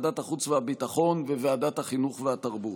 ועדת החוץ והביטחון וועדת החינוך והתרבות.